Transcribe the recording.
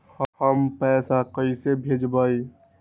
हम पैसा कईसे भेजबई?